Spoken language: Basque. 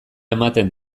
ematen